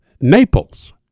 Naples